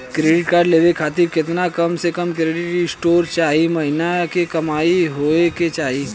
Credit card लेवे खातिर केतना कम से कम क्रेडिट स्कोर चाहे महीना के कमाई होए के चाही?